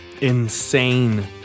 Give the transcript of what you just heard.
insane